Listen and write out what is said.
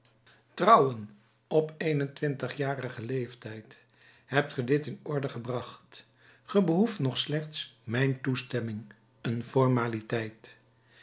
trouwen op een en twintigjarigen leeftijd hebt ge dit in orde gebracht ge behoeft nog slechts mijn toestemming een formaliteit